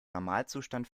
normalzustand